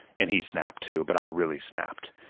and he snapped too, but i really snapped.